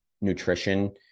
nutrition